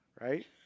Right